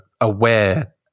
aware